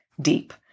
deep